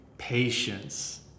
Patience